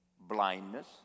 blindness